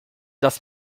dass